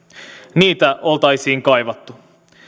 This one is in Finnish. niitä oltaisiin kaivattu